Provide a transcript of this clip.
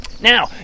Now